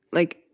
like.